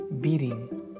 beating